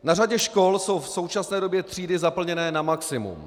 Na řadě škol jsou v současné době třídy zaplněné na maximum.